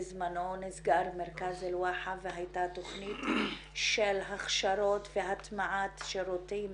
בזמנו נסגר מרכז אלואחה והייתה תכנית של הכשרות והטמעת שירותים